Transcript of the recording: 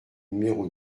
numéro